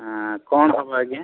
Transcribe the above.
ହଁ କ'ଣ ହେବ ଆଜ୍ଞା